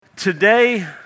Today